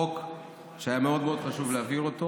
חוק שהיה מאוד מאוד חשוב להעביר אותו